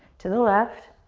to the left.